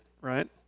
right